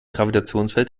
gravitationsfeld